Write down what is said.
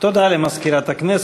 משה גפני,